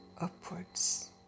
Upwards